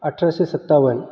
अठराशे सत्तावन्न